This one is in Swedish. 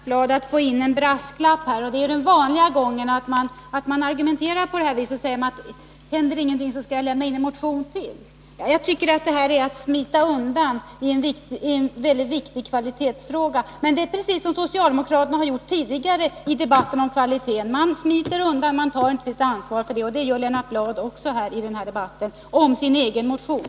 Herr talman! Nu försöker Lennart Bladh här föra in en brasklapp. Det är den vanliga gången — att man argumenterar på det sättet att händer det ingenting skall jag väcka en motion till. Jag tycker detta är att smita undan i en mycket allvarlig kvalitetsfråga. Men det är precis så som socialdemokraterna har gjort tidigare i debatten om kvaliteten. Man smiter undan, man tar inte sitt ansvar. Så gör Lennart Bladh också i den här debatten om sin egen motion.